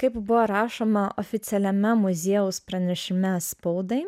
kaip buvo rašoma oficialiame muziejaus pranešime spaudai